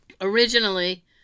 Originally